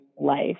life